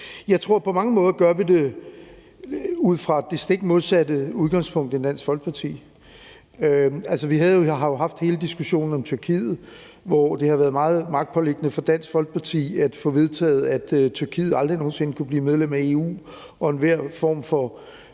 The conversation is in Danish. Jeg tror, at vi på mange måder gør det ud fra det stik modsatte udgangspunkt end Dansk Folkeparti. Vi har haft hele diskussionen om Tyrkiet, hvor det har været meget magtpåliggende for Dansk Folkeparti at få vedtaget, at Tyrkiet aldrig nogen sinde kunne blive medlem af EU, og at enhver form for